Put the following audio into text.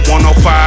105